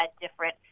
different